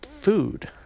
food